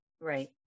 right